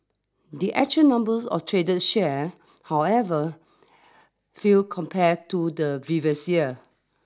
the actual numbers of traded share however feel compared to the previous year